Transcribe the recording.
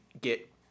get